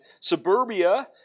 Suburbia